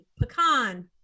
pecan